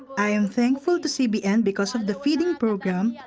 i am thankful to cbn. because of the feeding program, yeah